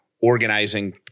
organizing